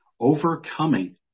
overcoming